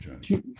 journey